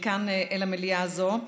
לכאן, למליאה הזאת.